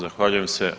Zahvaljujem se.